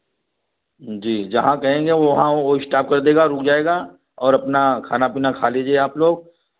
जी जहाँ कहेंगे वहाँ वह इश्टॉप कर देगा रुक जाएगा और अपना खाना पीना खा लीजिए आप लोग